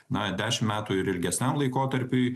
na dešimt metų ir ilgesniam laikotarpiui